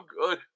good